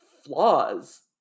flaws